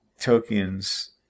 Tolkien's